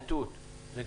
עין תות --- יקנעם.